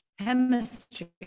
chemistry